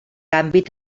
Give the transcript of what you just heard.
àmbit